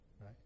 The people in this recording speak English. Right